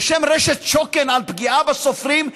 בשם רשת שוקן, לפגיעה בסופרים.